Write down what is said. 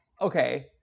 okay